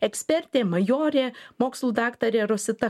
ekspertė majorė mokslų daktarė rosita